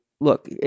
Look